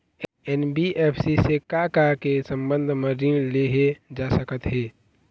NBFC से का का के संबंध म ऋण लेहे जा सकत हे?